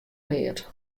leard